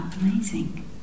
amazing